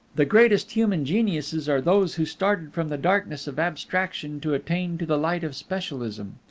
the greatest human geniuses are those who started from the darkness of abstraction to attain to the light of specialism.